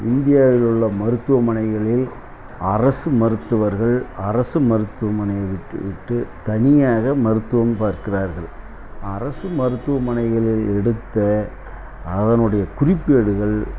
இந்தியாவில் உள்ள மருத்துவமனைகளில் அரசு மருத்துவர்கள் அரசு மருத்துவமனைகளை விட்டுவிட்டு தனியாக மருத்துவம் பார்க்கிறார்கள் அரசு மருத்துவமனைகளில் எடுத்த அதனுடைய குறிப்பேடுகள்